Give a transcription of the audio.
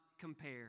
compare